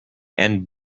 and